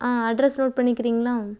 ஆ address note பண்ணிக்கிறிங்களா